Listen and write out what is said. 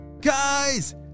Guys